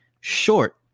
short